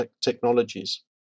technologies